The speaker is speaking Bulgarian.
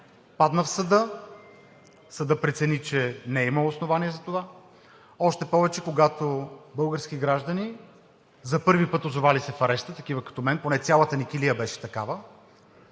падна в съда. Съдът прецени, че не е имало основание за това. Още повече, когато български граждани, за първи път озовали се в ареста, такива като мен – поне цялата ни килия беше такава